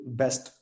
best